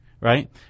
right